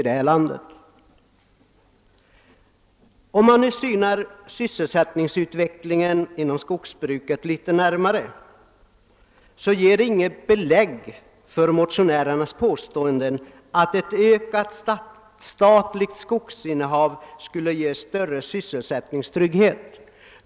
Om man litet närmare synar sysselsättningsutvecklingen inom skogsbruket finner man inget belägg för motionärernas påstående, att ett ökat statligt skogsinnehav skulle ge större sysselsättningstrygghet.